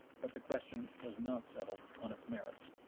but the question was not settled on its merits.